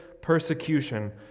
persecution